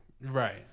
Right